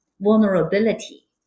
vulnerability